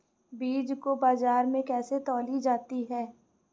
बीज को बाजार में कैसे तौली जाती है?